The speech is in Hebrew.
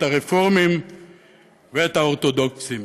את הרפורמים ואת האורתודוקסים.